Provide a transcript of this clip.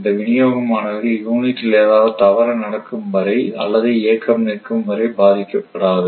இந்த வினியோகம் ஆனது யூனிட்டில் ஏதாவது ஒரு தவறு நடக்கும் வரை அல்லது இயக்கம் நிற்கும் வரை பாதிக்கப்படாது